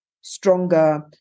stronger